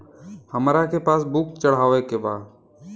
हमरा के पास बुक चढ़ावे के बा?